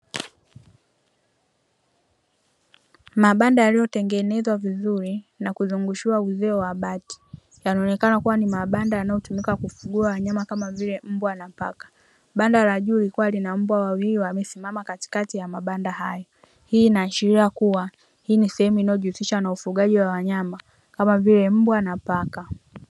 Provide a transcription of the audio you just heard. Mabanda yaliyotengenezwa vizuri na kuzungushiwa uzio wa bati yanaonekana kuwa ni mabanda yanayotumika kufugia wanyama kama vile mbwa na paka. Banda la juu likiwa lina mbwa wawili wamesimama katikati ya mabanda hayo. Hii inaashiria kuwa hii ni sehemu inayojihusisha na ufugaji wa wanyama kama vile mbwa na paka.